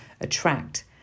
attract